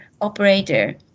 operator